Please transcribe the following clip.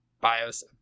Bios